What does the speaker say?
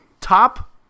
Top